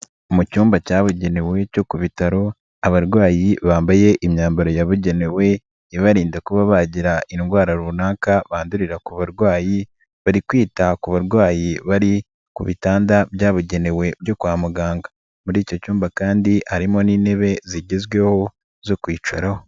Mu cyumba cyabugenewe cyo ku bitaro, abarwayi bambaye imyambaro yabugenewe ibarinda kuba bagira indwara runaka bandurira ku barwayi, bari kwita ku barwayi bari ku bitanda byabugenewe byo kwa muganga, muri icyo cyumba kandi harimo n'intebe zigezweho zo kwicaraho.